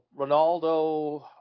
Ronaldo